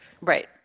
Right